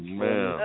man